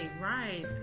right